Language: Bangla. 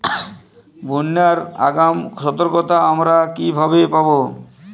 বন্যার আগাম সতর্কতা আমরা কিভাবে পাবো?